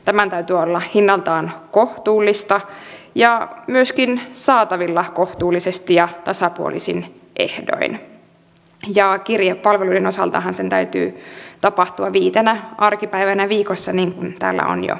tämän täytyy olla hinnaltaan kohtuullista ja myöskin saatavilla kohtuullisesti ja tasapuolisin ehdoin ja kirjepalvelujen osaltahan sen täytyy tapahtua viitenä arkipäivänä viikossa niin kuin täällä on jo puhuttu